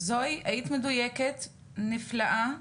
זואי, היית מדוייקת, נפלאה,